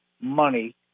money